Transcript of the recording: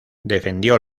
defendió